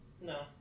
No